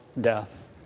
death